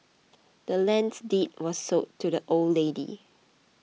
the land's deed was sold to the old lady